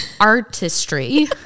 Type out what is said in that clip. artistry